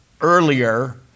earlier